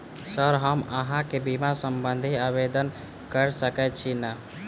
Sir हम अहाँ केँ बीमा संबधी आवेदन कैर सकै छी नै?